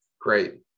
Great